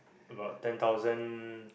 about ten thousand